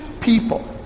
people